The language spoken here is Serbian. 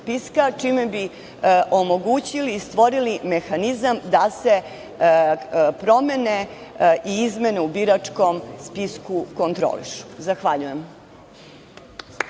čime bi omogućili i stvorili mehanizam da se promene i izmene u biračkom spisku kontrolišu. Zahvaljujem. Republička